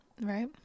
right